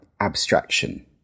abstraction